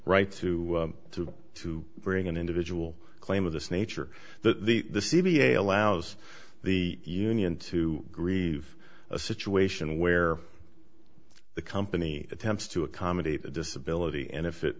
right to to to bring an individual claim of this nature that the c v a allows the union to grieve a situation where the company attempts to accommodate a disability and if it